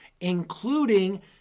including